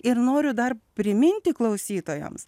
ir noriu dar priminti klausytojams